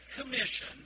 commission